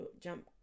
jump